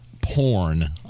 porn